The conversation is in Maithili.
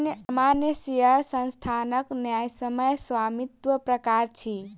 सामान्य शेयर संस्थानक न्यायसम्य स्वामित्वक प्रकार अछि